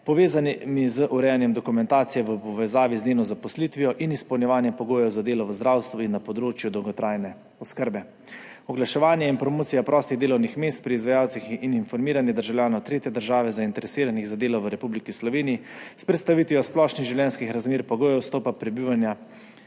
povezanimi z urejanjem dokumentacije v povezavi z njeno zaposlitvijo in izpolnjevanjem pogojev za delo v zdravstvu in na področju dolgotrajne oskrbe; oglaševanje in promocija prostih delovnih mest pri izvajalcih in informiranje državljanov tretje države, zainteresiranih za delo v Republiki Sloveniji, s predstavitvijo splošnih življenjskih razmer, pogojev vstopa, prebivanja,